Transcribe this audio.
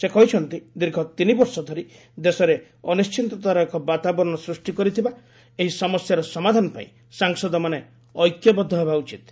ସେ କହିଛନ୍ତି ଦୀର୍ଘ ତିନି ବର୍ଷ ଧରି ଦେଶରେ ଅନିଶ୍ଚିତତାର ଏକ ବାତାବରଣ ସୃଷ୍ଟି କରିଥିବା ଏହି ସମସ୍ୟାର ସମାଧାନ ପାଇଁ ସାଂସଦମାନେ ଏକ୍ୟବଦ୍ଧ ହେବା ଉଚିତ୍